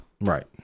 Right